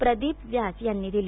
प्रदीप व्यास यांनी दिली